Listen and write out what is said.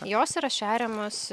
jos yra šeriamos